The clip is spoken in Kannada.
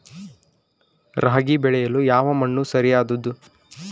ರಾಗಿ ಬೆಳೆಯಲು ಯಾವ ಮಣ್ಣು ಸರಿಯಾದದ್ದು?